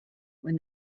when